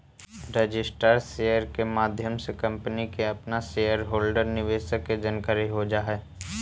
registered share के माध्यम से कंपनी के अपना शेयर होल्डर निवेशक के जानकारी हो जा हई